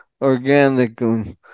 organically